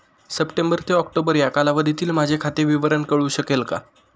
September ते October या कालावधीतील माझे खाते विवरण कळू शकेल का?